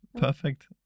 Perfect